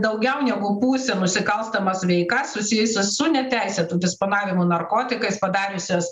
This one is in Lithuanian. daugiau negu pusę nusikalstamas veikas susijusias su neteisėtu disponavimu narkotikais padariusias